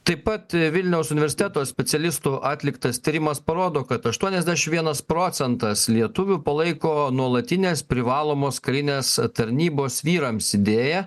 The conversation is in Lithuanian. taip pat vilniaus universiteto specialistų atliktas tyrimas parodo kad aštuonasdešimt vienas procentas lietuvių palaiko nuolatinės privalomos karinės tarnybos vyrams idėją